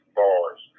bars